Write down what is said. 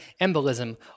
embolism